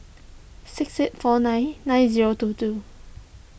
six eight four nine nine zero two two